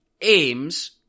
aims